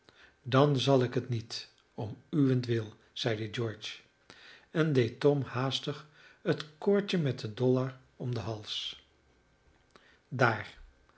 dan zal ik het niet om uwentwil zeide george en deed tom haastig het koordje met den dollar om den hals daar